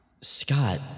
Scott